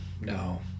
no